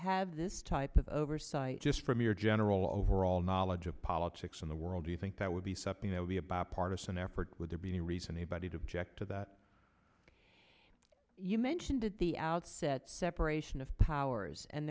have this type of oversight just from your general overall knowledge of politics in the world do you think that would be something that would be a bipartisan effort would there be any reason anybody to object to that you mentioned at the outset separation of powers and